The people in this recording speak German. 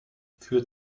für